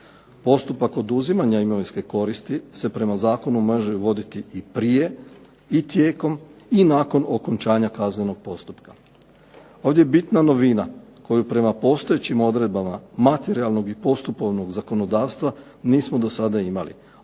Postupak oduzimanja imovinske koristi se prema zakonu može voditi i prije i tijekom i nakon okončanja kaznenog postupka. Ovdje je bitna novina koju prema postojećim odredbama materijalnog i postupovnog zakonodavstva nismo do sada imali.